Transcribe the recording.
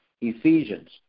Ephesians